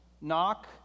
Knock